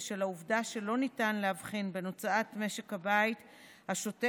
בשל העובדה שלא ניתן להבחין בין הוצאות משק הבית השוטפות,